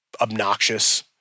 obnoxious